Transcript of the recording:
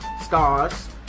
stars